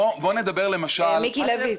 מיקי לוי,